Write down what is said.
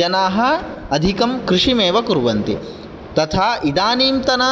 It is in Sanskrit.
जनाः अधिकं कृषिमेव कुर्वन्ति तथा इदानीन्तन